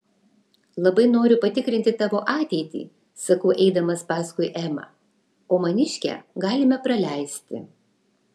labai noriu patikrinti tavo ateitį sakau eidamas paskui emą o maniškę galime praleisti